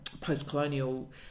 post-colonial